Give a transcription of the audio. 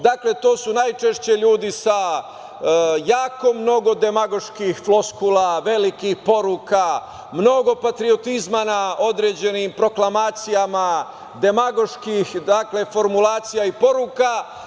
Dakle, to su najčešće ljudi sa jako mnogo demagoški floskula, velikih poruka, mnogo patriotizma na određenim proklamacijama, demagoških formulacija i poruka.